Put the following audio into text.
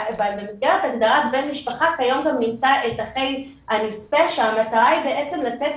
במסגרת הגדרת בן משפחה כיום גם נמצא את אחיי הנספה שהמטרה היא בעצם לתת